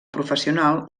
professional